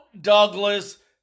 Douglas